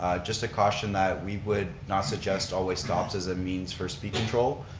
um just a caution that we would not suggest all-way stops as a means for speed control.